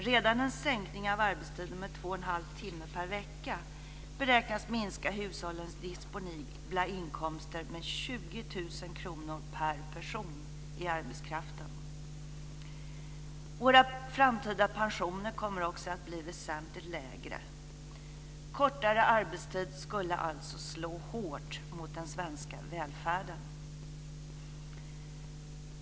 Redan en sänkning av arbetstiden med 2,5 timmar/vecka beräknas minska hushållens disponibla inkomster med 20 000 kr per person i arbetskraften. Våra framtida pensioner kommer också att bli väsentligt lägre. Kortare arbetstid skulle alltså slå hårt mot den svenska välfärden.